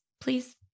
please